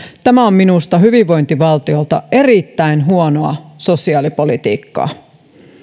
tämä on minusta hyvinvointivaltiolta erittäin huonoa sosiaalipolitiikkaa